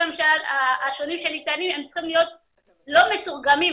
הממשלה השונים שניתנים צריכים להיות לא מתורגמים,